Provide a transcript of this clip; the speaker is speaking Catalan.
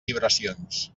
vibracions